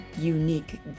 unique